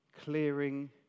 clearing